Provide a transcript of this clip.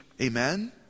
Amen